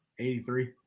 83